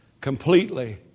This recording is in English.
completely